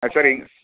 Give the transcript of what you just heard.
ஆ சரிங்க